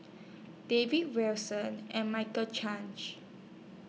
David Wilson and Michael Chiang